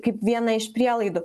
kaip viena iš prielaidų